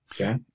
Okay